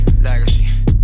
Legacy